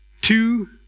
two